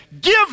give